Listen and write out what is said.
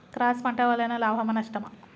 Cross పంట వలన లాభమా నష్టమా?